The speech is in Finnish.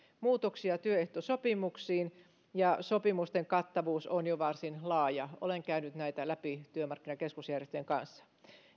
muutoksia työehtosopimuksiin ja sopimusten kattavuus on jo varsin laaja olen käynyt näitä läpi työmarkkinakeskusjärjestöjen kanssa